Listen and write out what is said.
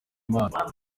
imana